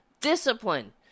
discipline